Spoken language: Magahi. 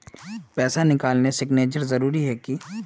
पैसा निकालने सिग्नेचर जरुरी है की?